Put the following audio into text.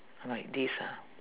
like this ha